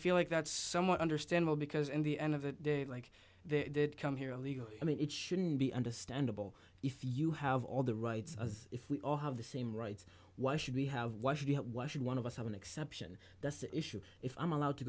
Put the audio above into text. feel like that's somewhat understandable because in the end of the day like they come here legally i mean it shouldn't be understandable if you have all the rights as if we all have the same rights why should we have why should you why should one of us have an exception that's the issue if i'm allowed to